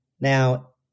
Now